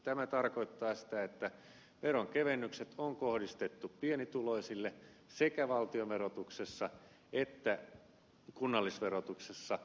tämä tarkoittaa sitä että veronkevennykset on kohdistettu pienituloisille sekä valtionverotuksessa että kunnallisverotuksessa